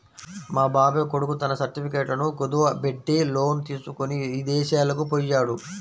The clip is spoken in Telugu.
మా బాబాయ్ కొడుకు తన సర్టిఫికెట్లను కుదువబెట్టి లోను తీసుకొని ఇదేశాలకు పొయ్యాడు